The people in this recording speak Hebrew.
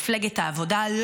מפלגת העבודה,